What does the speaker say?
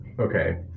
Okay